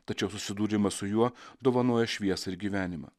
tačiau susidūrimas su juo dovanoja šviesą ir gyvenimą